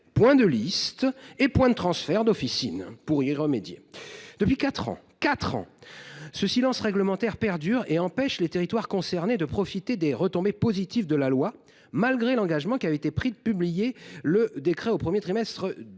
donc point de transfert des officines pour y remédier. Depuis quatre ans – quatre ans !–, ce silence réglementaire perdure et empêche les territoires concernés de profiter des retombées positives de la loi, malgré l’engagement qui avait été pris de publier le décret au premier trimestre de